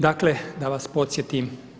Dakle, da vas podsjetim.